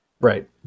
Right